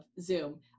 zoom